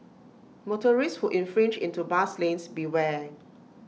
motorists who infringe into bus lanes beware